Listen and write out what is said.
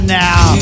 now